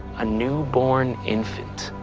a new-born infant,